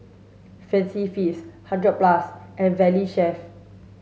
Fancy Feast Hundred Plus and Valley Chef